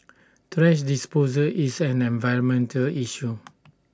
thrash disposal is an environmental issue